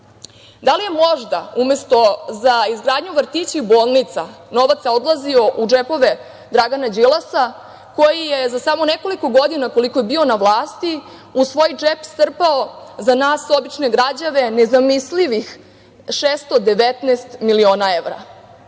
Da li je možda umesto za izgradnju vrtića i bolnica, novac odlazio u džepove Dragana Đilasa, koji je za samo nekoliko godina, koliko je bio na vlasti, u svoj džep strpao za nas obične građane nezamislivih 619.000.000 evra. Ja